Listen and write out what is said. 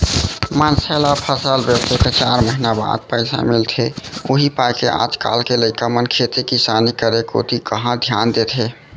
मनसे ल फसल बेचे के चार महिना बाद पइसा मिलथे उही पायके आज काल के लइका मन खेती किसानी करे कोती कहॉं धियान देथे